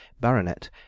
baronet